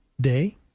day